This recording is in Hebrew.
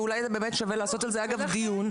ואולי צריך לעשות על זה דיון נפרד.